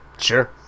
Sure